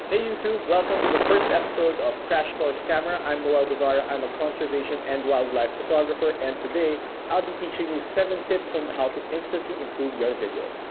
hey youtube, welcome to the first episode of crash course camera, i'm noel guevara, i'm a conservation and wildlife photographer, and today i'll be teaching you seven tips, on how to instantly improve your video.